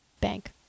bank